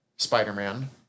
Spider-Man